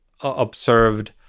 observed